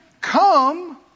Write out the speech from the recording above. come